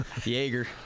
Jaeger